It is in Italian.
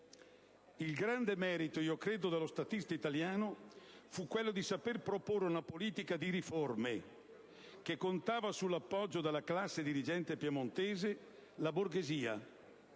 Il grande merito dello statista italiano credo fu quello di saper proporre una politica di riforme che contava sull'appoggio della classe dirigente piemontese: la borghesia.